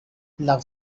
love